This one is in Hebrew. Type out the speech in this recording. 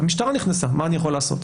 המשטרה נכנסה, מה אני יכול לעשות?